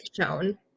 shown